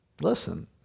listen